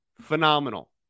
Phenomenal